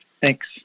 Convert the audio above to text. Thanks